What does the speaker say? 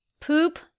Poop